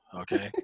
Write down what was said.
Okay